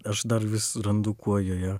aš dar vis randu kuo joje